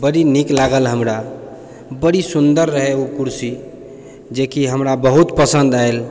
बड़ी नीक लागल हमरा बड़ी सून्दर रहै ओ कुर्सी जे की हमरा बहुत पसन्द आयल